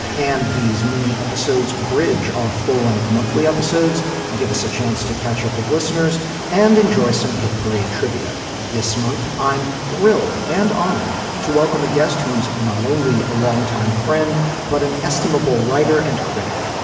and these mini episodes bridge are full length monthly episodes give us a chance to catch up with listeners and enjoy some hit parade trivia this month. i'm thrilled and honored to welcome a guest who's not only a longtime friend but an estimable writer and critic.